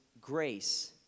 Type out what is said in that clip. grace